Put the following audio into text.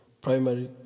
primary